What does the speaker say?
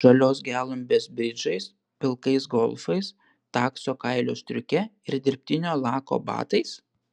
žalios gelumbės bridžais pilkais golfais takso kailio striuke ir dirbtinio lako batais